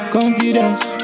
Confidence